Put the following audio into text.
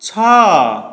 ଛଅ